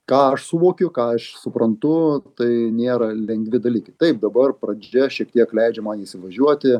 ką aš suvokiu ką aš suprantu tai nėra lengvi dalykai taip dabar pradžia šiek tiek leidžia man įsivažiuoti